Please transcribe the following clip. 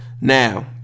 Now